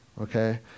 Okay